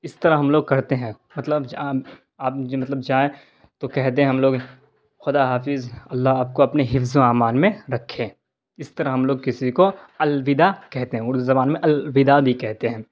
اس طرح ہم لوگ کرتے ہیں مطلب آپ مطلب جائیں تو کہہ دیں ہم لوگ خدا حافظ اللہ آپ کو اپنے حفظ و امان میں رکھے اس طرح ہم لوگ کسی کو الوداع کہتے ہیں اردو زبان میں الوداع بھی کہتے ہیں